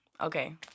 okay